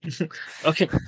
Okay